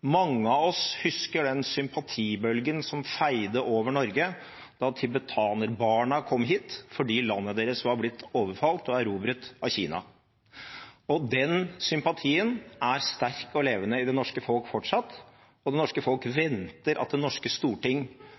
Mange av oss husker den sympatibølgen som feide over Norge da tibetanerbarna kom hit fordi landet deres var blitt overfalt og erobret av Kina. Den sympatien er fortsatt sterk og levende i det norske folk, og det norske folk venter at Det norske storting